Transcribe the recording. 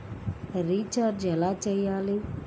Recharge ఎలా చెయ్యాలి?